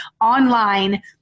online